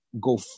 go